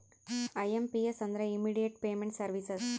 IMPS ಅಂದ್ರ immediate payment services